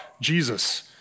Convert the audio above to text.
Jesus